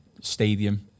stadium